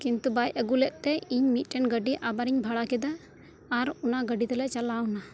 ᱠᱤᱱᱛᱩ ᱵᱟᱭ ᱟᱜᱩ ᱞᱮᱫ ᱛᱮ ᱤᱧ ᱢᱤᱫᱴᱮᱱ ᱜᱟᱹᱰᱤ ᱟᱵᱟᱨᱤᱧ ᱵᱷᱟᱲᱟ ᱠᱮᱫᱟ ᱟᱨ ᱚᱱᱟ ᱜᱟᱹᱰᱤ ᱛᱮᱞᱮ ᱪᱟᱞᱟᱣ ᱮᱱᱟ